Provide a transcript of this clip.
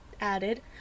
added